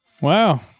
Wow